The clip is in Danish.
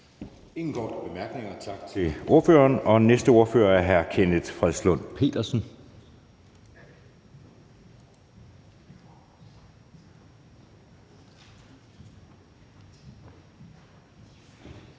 ingen korte bemærkninger, og tak til ordføreren. Den næste ordfører er hr. Kenneth Fredslund Petersen. Kl.